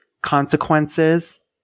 consequences